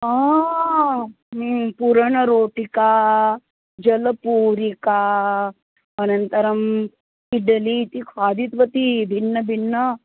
हा पुरणरोटिका जलपूरिका अनन्तरम् इडलीति खादितवती भिन्नं भिन्नम्